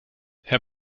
herr